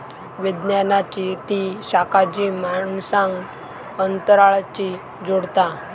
विज्ञानाची ती शाखा जी माणसांक अंतराळाशी जोडता